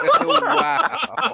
Wow